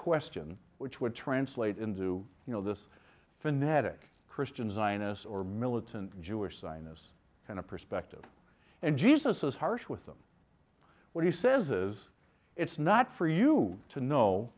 question which would translate into you know this fanatic christian zionists or militant jewish zionists kind of perspective and jesus is harsh with them what he says is it's not for you to know